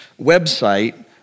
website